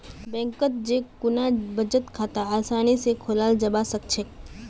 बैंकत जै खुना बचत खाता आसानी स खोलाल जाबा सखछेक